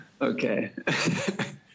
okay